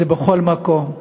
זה בכל מקום,